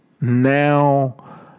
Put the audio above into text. now